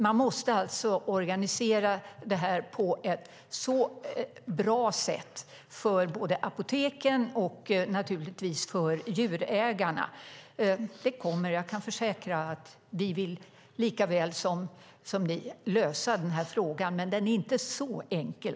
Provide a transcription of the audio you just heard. Man måste alltså organisera detta på ett så bra sätt som möjligt för både apoteken och djurägarna. Jag kan försäkra att vi vill lösa denna fråga lika mycket som ni, men den är inte så enkel.